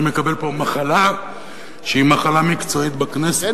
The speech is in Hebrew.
מקבל פה מחלה שהיא מחלה מקצועית בכנסת,